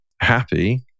happy